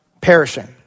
perishing